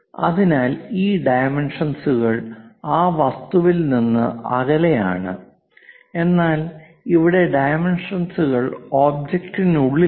അതിനാൽ ഈ ഡൈമെൻഷൻസ്കൾ ആ വസ്തുവിൽ നിന്ന് അകലെയാണ് എന്നാൽ ഇവിടെ ഡൈമെൻഷൻസ്കൾ ഒബ്ജക്റ്റിനുള്ളിലാണ്